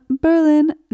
Berlin